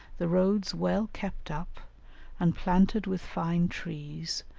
the roads well kept up and planted with fine trees,